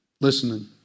listening